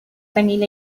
vanilla